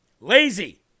Lazy